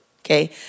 okay